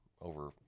over